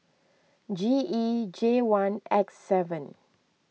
G E J one X seven